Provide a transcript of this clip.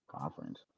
conference